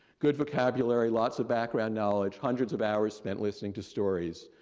good vocabulary, lots of background knowledge, hundreds of hours spent listening to stories,